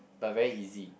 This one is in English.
but very easy